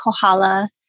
Kohala